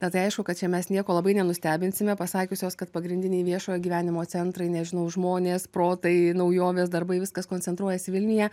na tai aišku kad čia mes nieko labai nenustebinsime pasakiusios kad pagrindiniai viešojo gyvenimo centrai nežinau žmonės protai naujovės darbai viskas koncentruojasi vilniuje